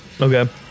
Okay